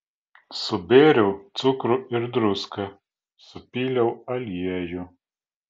subėriau cukrų ir druską supyliau aliejų